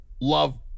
love